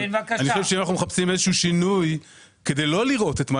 אבל אם אנחנו מחפשים איזה שינוי כדי לא לראות את מה